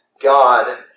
God